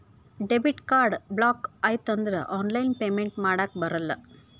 debit card block ಆಯ್ತಂದ್ರ online payment ಮಾಡಾಕಬರಲ್ಲ